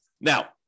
Now